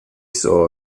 saw